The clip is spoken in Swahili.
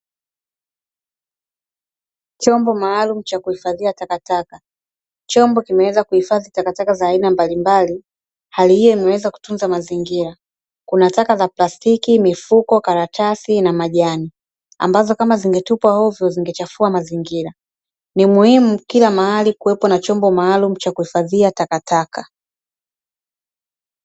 Chombo maalumu kwa cha kuhifadhia takataka, chombo kimeweza kuhifadhi taka mbalimbali hali hio imeweza kutunza mazingira kuna taka za plastiki, mifuko, karatasi, na majani ambazo akama zingetupwa ovyo zingechafua mazingira ni muhimu kila mahali kuwe na chombo maalumu kwa ajili ya uhifadhia takataka.